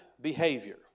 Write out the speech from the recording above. behavior